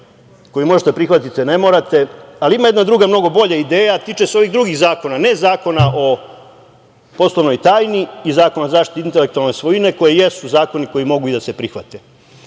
koju možete prihvatiti, a ne morate. Ima jedna druga koja je mnogo bolja ideja, a tiče se ovih drugih zakona, ne Zakona o poslovnoj tajni i Zakona o zaštiti intelektualne svojine, koji jesu zakoni koji mogu i da se prihvate,